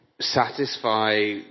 satisfy